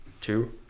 two